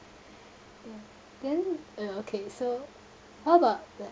ya then eh okay so how about the